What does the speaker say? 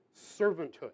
servanthood